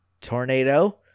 Tornado